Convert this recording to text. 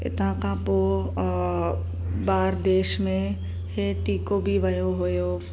हितां खां पोइ ॿाहिरि देश में इहे टीको बि वियो हुओ